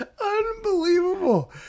unbelievable